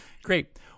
Great